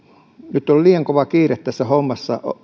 nyt on liian kova kiire tässä hommassa